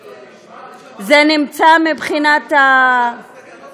יש שם, זה נמצא מבחינת, צריך להסתכל.